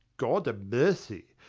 god-a-mercy,